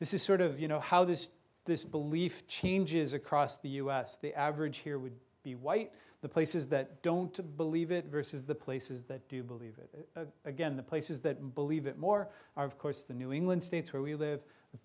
this is sort of you know how this this belief changes across the u s the average here would be white the places that don't believe it versus the places that do believe it again the places that believe it more are of course the new england states where we live